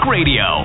Radio